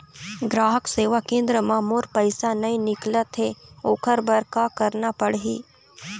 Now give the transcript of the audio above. ग्राहक सेवा केंद्र म मोर पैसा नई निकलत हे, ओकर बर का करना पढ़हि?